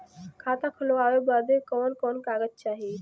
खाता खोलवावे बादे कवन कवन कागज चाही?